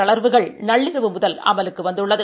தளா்வுகள் நள்ளிரவு முதல் அமலுக்கு வந்துள்ளது